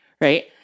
right